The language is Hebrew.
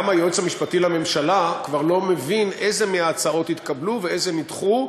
גם היועץ המשפטי לממשלה כבר לא מבין איזה מההצעות התקבלו ואיזה נדחו.